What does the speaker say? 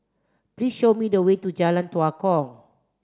please show me the way to Jalan Tua Kong